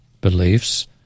beliefs